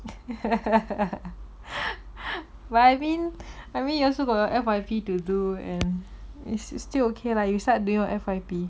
but I mean I mean you also got your F_Y_P to do and it's still okay lah you start doing your F_Y_P